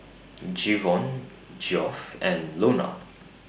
Jevon Geoff and Lonna